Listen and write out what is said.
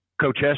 Coach